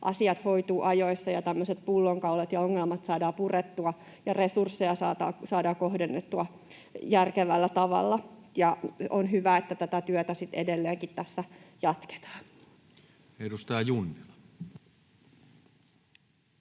asiat hoituvat ajoissa ja tämmöiset pullonkaulat ja ongelmat saadaan purettua ja resursseja saadaan kohdennettua järkevällä tavalla. On hyvä, että tätä työtä edelleenkin tässä jatketaan. [Speech 355]